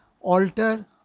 alter